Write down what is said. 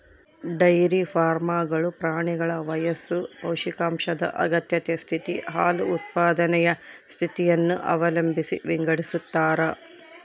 dairy ಫಾರ್ಮ್ಗಳು ಪ್ರಾಣಿಗಳ ವಯಸ್ಸು ಪೌಷ್ಟಿಕಾಂಶದ ಅಗತ್ಯತೆ ಸ್ಥಿತಿ, ಹಾಲು ಉತ್ಪಾದನೆಯ ಸ್ಥಿತಿಯನ್ನು ಅವಲಂಬಿಸಿ ವಿಂಗಡಿಸತಾರ